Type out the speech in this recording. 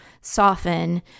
soften